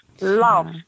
love